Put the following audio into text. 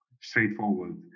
straightforward